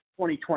2020